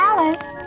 Alice